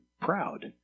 proud